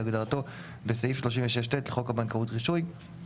שירותי תשלום יציבותי כהגדרתו בסעיף 36ט לחוק הבנקאות (רישוי);";